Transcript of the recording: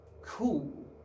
cool